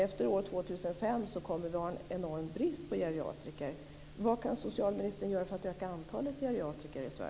Efter år 2005 kommer vi alltså att ha en enorm brist på geriatriker.